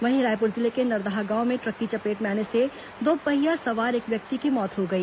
वहीं रायपुर जिले के नरदहा गांव में ट्रक की चपेट में आने से दोपहिया सवार एक व्यक्ति की मौत हो गई